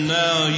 now